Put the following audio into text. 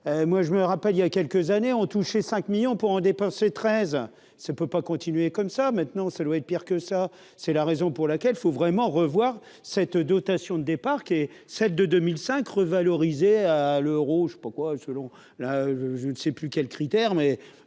moi je me rappelle il y a quelques années, ont touché 5 millions pour en dépenser 13 ça ne peut pas continuer comme ça, maintenant ça doit être pire que ça, c'est la raison pour laquelle, faut vraiment revoir cette dotation de départ qui est celle de 2005 revalorisé à l'Euro, je sais pas quoi selon la je ne sais plus quel critère mais